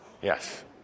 Yes